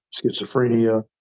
schizophrenia